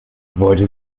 wollte